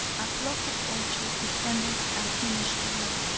a flock of vultures descended and finished the work.